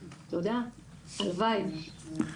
הלוואי.